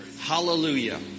Hallelujah